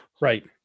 Right